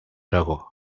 aragó